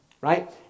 right